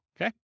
okay